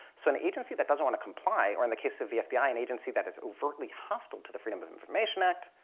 so an agency that doesn't want to comply, or in the case of the fbi, an and agency that is overtly hostile to the freedom of information act,